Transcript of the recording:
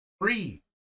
free